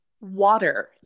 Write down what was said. Water